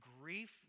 grief